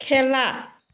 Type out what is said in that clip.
খেলা